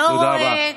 תודה רבה.